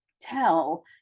tell